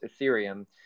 Ethereum